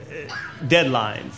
deadlines